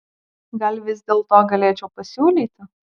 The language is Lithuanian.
gal vis dėlto galėčiau pasiūlyti